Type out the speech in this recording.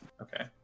Okay